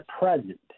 present